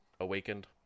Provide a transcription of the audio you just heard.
Awakened